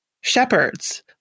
shepherds